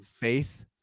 faith